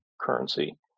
currency